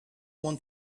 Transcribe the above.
want